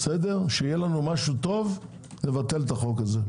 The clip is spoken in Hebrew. וכשיהיה לנו משהו טוב - נבטל את החוק הזה.